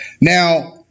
Now